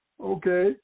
Okay